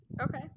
okay